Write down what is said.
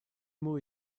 mots